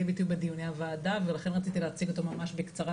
ביטוי בדיוני הוועדה ולכן רציתי להציג אותו ממש בקצרה